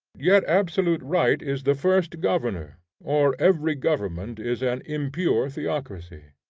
yet absolute right is the first governor or, every government is an impure theocracy.